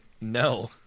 no